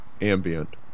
ambient